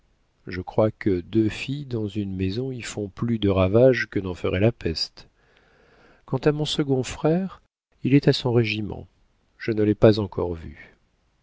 je crois que deux filles dans une maison y font plus de ravages que n'en ferait la peste quant à mon second frère il est à son régiment je ne l'ai pas encore vu